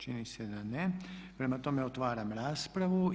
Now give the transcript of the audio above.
Čini se da ne, prema tome otvaram raspravu.